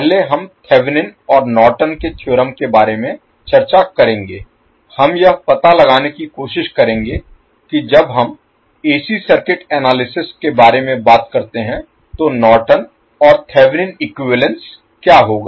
पहले हम थेवेनिन और नॉर्टन के थ्योरम के बारे में चर्चा करेंगे हम यह पता लगाने की कोशिश करेंगे कि जब हम AC सर्किट एनालिसिस के बारे में बात करते हैं तो नॉर्टन और थेवेनिन इक्विवैलेन्स क्या होगा